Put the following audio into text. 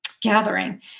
gathering